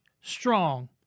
strong